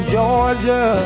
Georgia